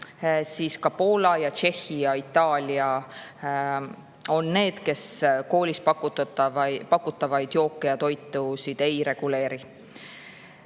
ka Poola, Tšehhi ja Itaalia on need, kes koolis pakutavaid jooke ja toitu ei reguleeri.